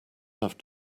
have